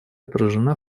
отражена